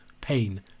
Pain